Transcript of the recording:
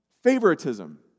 Favoritism